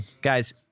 Guys